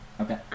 Okay